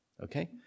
okay